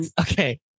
okay